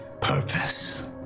Purpose